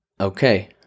Okay